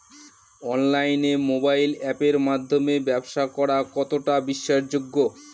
অনলাইনে মোবাইল আপের মাধ্যমে ব্যাবসা করা কতটা বিশ্বাসযোগ্য?